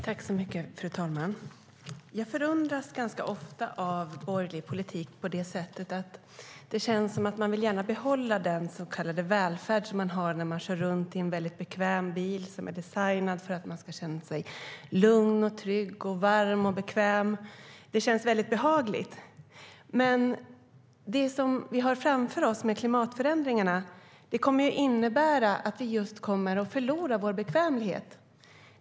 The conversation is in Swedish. Fru talman! Jag förundras ganska ofta av borgerlig politik, på det sättet att det känns som att man gärna vill behålla den så kallade välfärd som man har när man kör runt i en bekväm bil som är designad för att man ska känna sig lugn, trygg, varm och bekväm - det känns väldigt behagligt. Men det som vi har framför oss med klimatförändringarna kommer att innebära att vi förlorar just vår bekvämlighet.